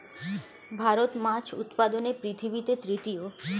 ভারত মাছ উৎপাদনে পৃথিবীতে তৃতীয়